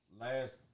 Last